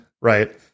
right